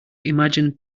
imagined